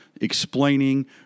explaining